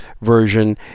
version